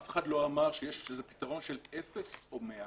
אף אחד לא אמר שזה פתרון של אפס או מאה.